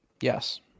Yes